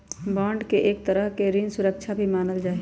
bond के एक तरह के ऋण सुरक्षा भी मानल जा हई